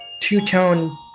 two-tone